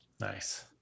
nice